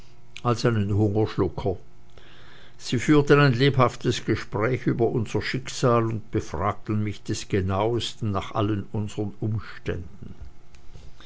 als einen hungerschlucker sie führten ein lebhaftes gespräch über unser schicksal und befragten mich des genauesten nach allen unseren umständen